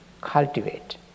cultivate